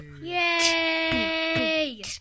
Yay